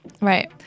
Right